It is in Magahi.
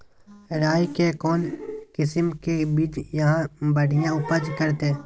राई के कौन किसिम के बिज यहा बड़िया उपज करते?